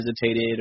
hesitated